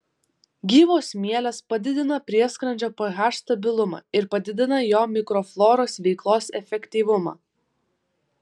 gyvos mielės padidina prieskrandžio ph stabilumą ir padidina jo mikrofloros veiklos efektyvumą